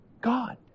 God